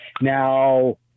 Now